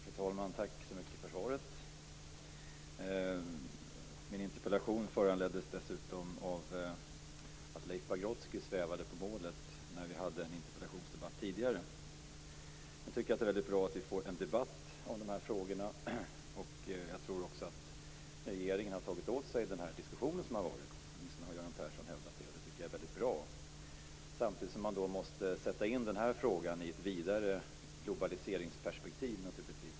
Fru talman! Tack för svaret. Min interpellation föranleddes av att Leif Pagrotsky svävade på målet i en tidigare interpellationsdebatt. Jag tycker att det är bra att vi får en debatt om frågorna, och jag tror att regeringen har tagit till sig av diskussionen. Det har Göran Persson hävdat, och jag tycker att det är bra. Samtidigt måste frågan sättas in i ett vidare globaliseringsperspektiv.